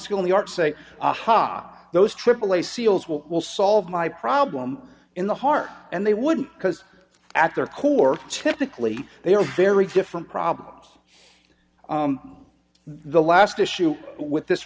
school in the arc say aha those aaa seals will will solve my problem in the heart and they wouldn't because at their core typically they are very different problems the last issue with this